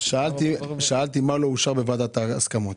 מה לא אושר בוועדת ההסכמות?